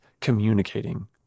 communicating